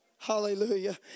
Hallelujah